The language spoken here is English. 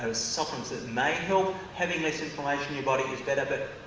so supplements that may help, having less information your body is better, but